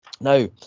Now